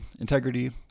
integrity